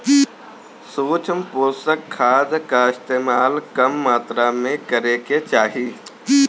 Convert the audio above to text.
सूक्ष्म पोषक खाद कअ इस्तेमाल कम मात्रा में करे के चाही